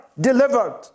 delivered